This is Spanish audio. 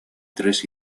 tres